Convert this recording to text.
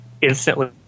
instantly